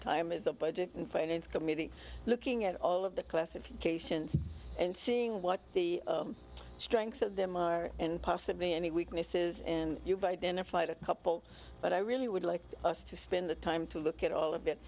time as a budget and finance committee looking at all of the classifications and seeing what the strengths of them are and possibly any weaknesses and you've identified a couple but i really would like us to spend the time to look at all